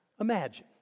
Imagine